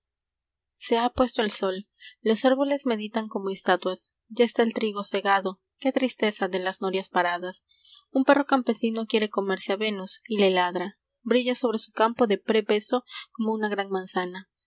ha puesto el sol meditan como estatuas los árboles ya está el trigo segado qué tristeza de las norias paradas un perro campesino quiere comerse a venus y le ladra brilla sobre su campo de pre beso como una gran manzana